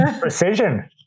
precision